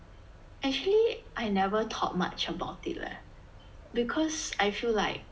actually I never thought much about it leh because I feel like